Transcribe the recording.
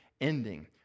ending